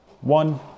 one